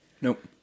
Nope